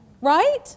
Right